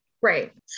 right